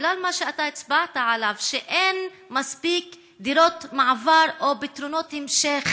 בגלל מה שאתה הצבעת עליו שאין מספיק דירות מעבר או פתרונות המשך.